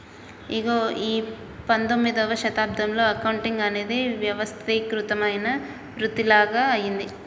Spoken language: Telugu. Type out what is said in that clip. ఇగో ఈ పందొమ్మిదవ శతాబ్దంలో అకౌంటింగ్ అనేది వ్యవస్థీకృతమైన వృతిలాగ అయ్యింది